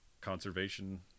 conservation